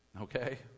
okay